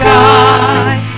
God